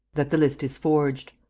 that the list is forged.